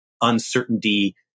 uncertainty